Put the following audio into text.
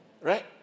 right